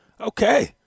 okay